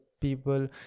people